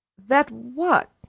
that what?